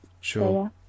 Sure